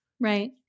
right